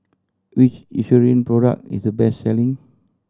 which Eucerin product is the best selling